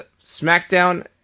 Smackdown